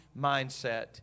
mindset